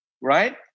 right